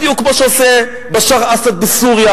בדיוק כמו שעושה בשאר אסד בסוריה.